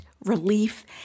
relief